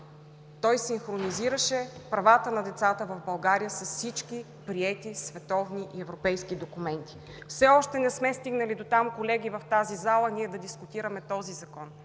Той синхронизираше правата на децата в България с всички приети световни и европейски документи. Все още не сме стигнали дотам, колеги, в тази зала ние да дискутираме този закон.